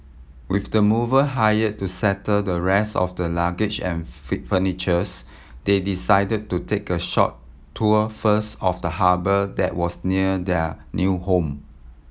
with the mover hired to settle the rest of the luggage and furnitures they decided to take a short tour first of the harbour that was near their new home